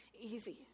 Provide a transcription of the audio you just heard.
easy